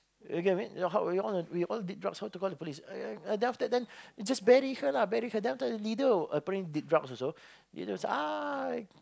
you get what I mean we all on we all on deep drugs how to call the police then after that then we just bury her lah bury her then after that then the leader apparently did drugs also the leader was like ah